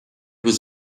was